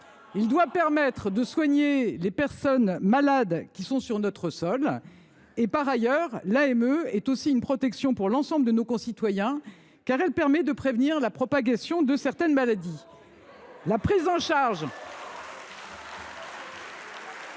Elle doit permettre de soigner les personnes malades qui sont sur notre sol. Elle constitue aussi une protection pour l’ensemble de nos concitoyens, car elle permet de prévenir la propagation de certaines maladies. Et contre la peste